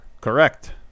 Correct